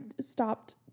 stopped